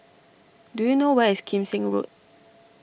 do you know where is Kim Seng Road